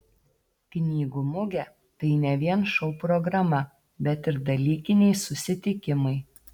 knygų mugė tai ne vien šou programa bet ir dalykiniai susitikimai